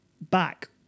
back